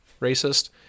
racist